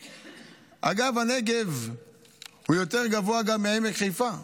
אגב, הנגב יותר גבוה גם מעמק חיפה.